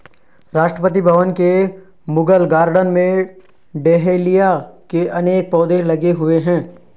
राष्ट्रपति भवन के मुगल गार्डन में डहेलिया के अनेक पौधे लगे हुए हैं